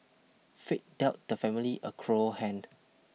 fate dealt the family a cruel hand